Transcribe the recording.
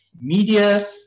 media